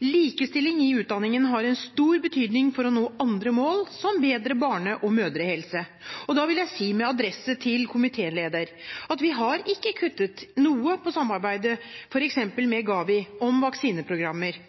Likestilling i utdanningen har stor betydning for å nå andre mål, som bedre barne- og mødrehelse. Jeg vil si, med adresse til komitélederen, at vi ikke har kuttet noe i samarbeidet med f.eks. GAVI om vaksineprogrammer.